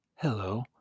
Hello